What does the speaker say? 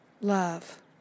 love